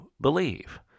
believe